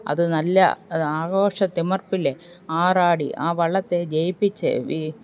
അത് നല്ല ആഘോഷത്തിമിർപ്പില് ആറാടി ആ വള്ളത്തെ ജയിപ്പിച്ച്